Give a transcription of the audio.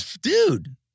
Dude